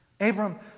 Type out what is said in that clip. Abram